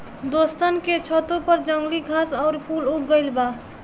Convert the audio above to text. दोस्तन के छतों पर जंगली घास आउर फूल उग गइल बा